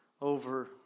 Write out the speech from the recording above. over